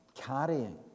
carrying